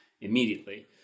immediately